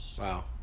Wow